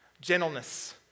Gentleness